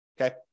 okay